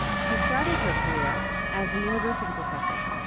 she started her career as university professor,